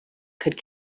could